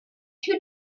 two